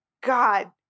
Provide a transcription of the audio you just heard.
god